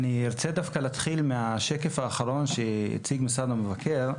אני רוצה דווקא להתחיל מהשקף האחרון שהציג משרד המבקר.